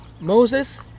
Moses